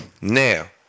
now